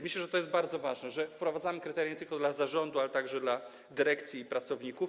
Myślę, że to jest bardzo ważne, że wprowadzamy kryteria nie tylko dla zarządu, ale także dla dyrekcji i pracowników.